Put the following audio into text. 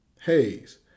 Hayes